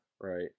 right